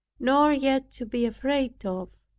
nor yet to be afraid of.